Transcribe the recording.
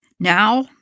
Now